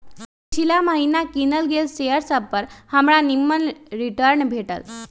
पिछिला महिन्ना किनल गेल शेयर सभपर हमरा निम्मन रिटर्न भेटल